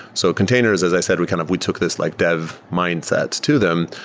so containers, as i said, we kind of we took this like dev mindsets to them.